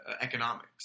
economics